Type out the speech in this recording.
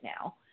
now